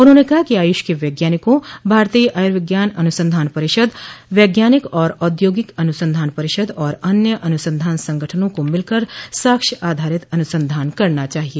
उन्होंने कहा कि आयुष के वैज्ञानिकों भारतीय आयुर्विज्ञान अनुसंधान परिषद वैज्ञानिक और औद्योगिक अनुसंधान परिषद और अन्य अनुसंधान संगठनों को मिलकर साक्ष्य आधारित अनुसंधान करना चाहिए